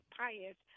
pious